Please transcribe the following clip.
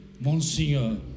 Monsignor